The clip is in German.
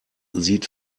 sieht